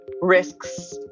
risks